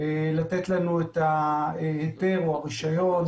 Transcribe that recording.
לתת לנו את ההיתר או הרישיון.